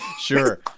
Sure